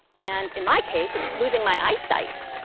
and in my case, it took losing my eyesight.